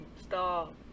stop